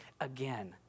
again